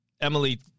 Emily